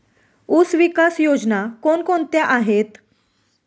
ऊसविकास योजना कोण कोणत्या आहेत?